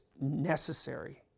necessary